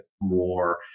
more